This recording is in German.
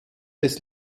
des